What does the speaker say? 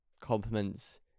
compliments